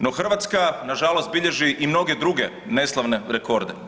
No, Hrvatska nažalost bilježi i mnoge druge neslavne rekorde.